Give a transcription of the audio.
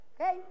Okay